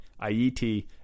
IET